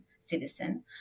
citizen